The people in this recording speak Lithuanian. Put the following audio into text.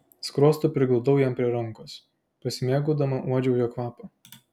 skruostu prigludau jam prie rankos pasimėgaudama uodžiau jo kvapą